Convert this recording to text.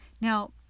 now